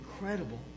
incredible